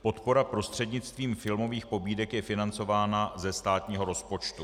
Podpora prostřednictvím filmových pobídek je financována ze státního rozpočtu.